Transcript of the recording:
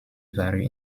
vary